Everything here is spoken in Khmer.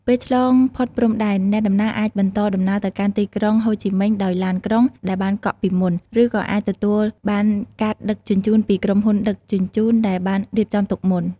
ពេលឆ្លងផុតព្រំដែន អ្នកដំណើរអាចបន្តដំណើរទៅកាន់ទីក្រុងហូជីមិញដោយឡានក្រុងដែលបានកក់ពីមុន ឬក៏អាចទទួលបានការដឹកជញ្ជូនពីក្រុមហ៊ុនដឹកជញ្ជូនដែលបានរៀបចំទុកមុន។